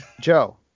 Joe